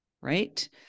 Right